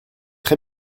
très